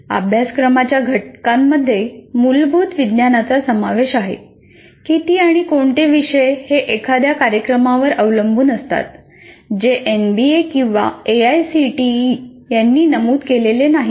अभ्यासक्रमाच्या घटकांमध्ये मूलभूत विज्ञानांचा समावेश आहे किती आणि कोणते विषय हे एखाद्या कार्यक्रमावर अवलंबून असतात जे एनबीए किंवा एआयसीटीई यांनी नमूद केलेले नाहीत